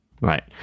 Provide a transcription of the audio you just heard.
Right